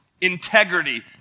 Integrity